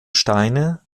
steine